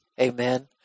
Amen